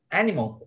animal